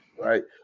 right